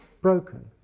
broken